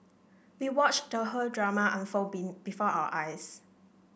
we watched the whole drama unfold being before our eyes